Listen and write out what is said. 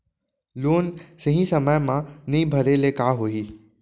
Loan सही समय मा नई भरे ले का होही?